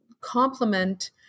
complement